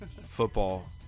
football